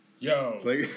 Yo